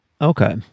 Okay